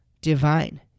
divine